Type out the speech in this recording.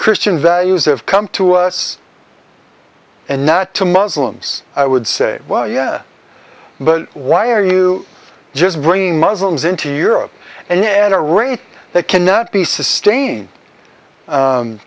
christian values have come to us and not to muslims i would say well yeah but why are you just bringing muslims into europe and at a rate that cannot be